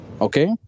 Okay